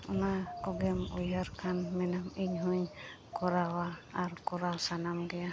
ᱚᱱᱟ ᱠᱚᱜᱮᱢ ᱩᱭᱦᱟᱹᱨ ᱠᱷᱟᱱ ᱱᱮᱱᱟᱢ ᱤᱧᱦᱩᱧ ᱠᱚᱨᱟᱣᱟ ᱟᱨ ᱠᱚᱨᱟᱣ ᱥᱟᱱᱟᱢ ᱜᱮᱭᱟ